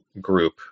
group